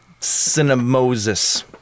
Cinemosis